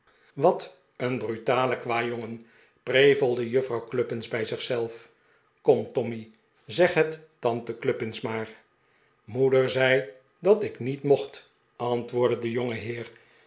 wat een brutale kwajongen prevelde juffrouw cluppins bij zich zelf kom tommy zeg het tante cluppins maar moeder zei dat ik niet mocht antwoordde de